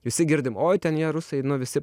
visi girdim oi ten jie rusai nu visi